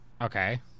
Okay